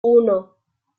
uno